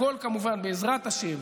הכול כמובן בעזרת השם,